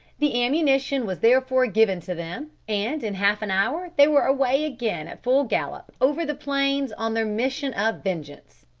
the ammunition was therefore given to them, and in half an hour they were away again at full gallop over the plains on their mission of vengeance.